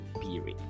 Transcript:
period